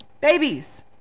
babies